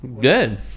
good